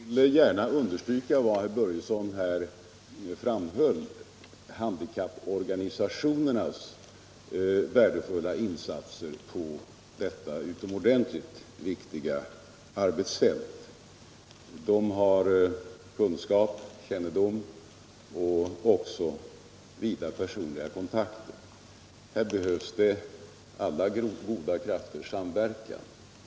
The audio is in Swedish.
Fru talman! Jag vill gärna understryka vad herr Börjesson i Falköping här framhöll — handikapporganisationernas värdefulla insatser på detta utomordentligt viktiga arbetsfält. De har kunskap, kännedom och också vida personliga kontakter. Här behövs alla goda krafters samverkan.